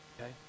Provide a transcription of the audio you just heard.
Okay